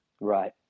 Right